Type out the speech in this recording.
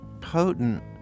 potent